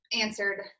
answered